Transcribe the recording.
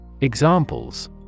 Examples